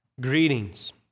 Greetings